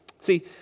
See